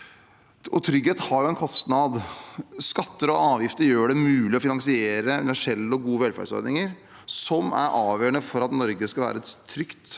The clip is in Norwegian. Trygghet har en kostnad. Skatter og avgifter gjør det mulig å finansiere universelle og gode velferdsordninger som er avgjørende for at Norge skal være et trygt